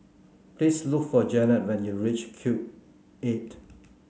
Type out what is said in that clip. please look for Janet when you reach Cube Eight